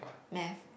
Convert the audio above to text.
math